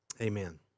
amen